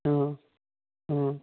ꯑꯣ ꯑꯣ